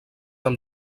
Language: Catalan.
amb